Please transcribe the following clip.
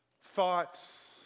thoughts